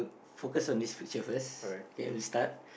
focus on this picture first K we start